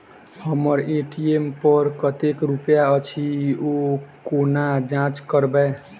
हम्मर ए.टी.एम पर कतेक रुपया अछि, ओ कोना जाँच करबै?